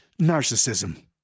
narcissism